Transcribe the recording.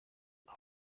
aho